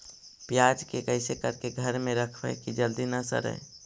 प्याज के कैसे करके घर में रखबै कि जल्दी न सड़ै?